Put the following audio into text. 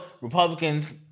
Republicans